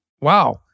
wow